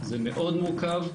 זה מאוד מורכב,